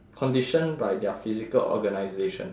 conditioned by their physical organisation